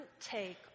take